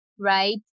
right